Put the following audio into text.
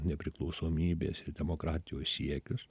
nepriklausomybės ir demokratijos siekius